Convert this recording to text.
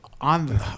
on